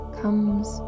comes